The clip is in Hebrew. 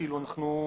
באסדת תמר יש שלושה.